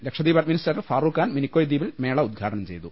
Lakshadweep administrator Farooq Khan Minicoy ദ്വീപിൽ മേള ഉദ്ഘാടനം ചെയ്തു